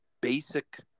basic